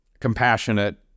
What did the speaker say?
compassionate